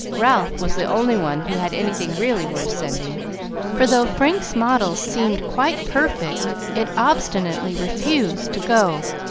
ralph was the only one who had anything really worth sending for though frank's model seemed quite perfect, it obstinately refused to go,